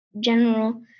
General